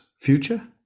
future